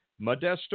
Modesto